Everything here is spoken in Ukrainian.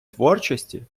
творчості